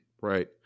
Right